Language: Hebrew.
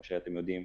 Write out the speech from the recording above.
כמו שאתם יודעים,